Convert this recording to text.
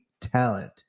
talent